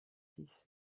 six